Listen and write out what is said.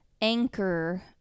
anchor